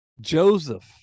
Joseph